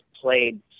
played